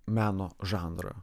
meno žanrą